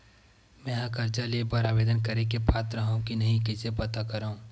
मेंहा कर्जा ले बर आवेदन करे के पात्र हव की नहीं कइसे पता करव?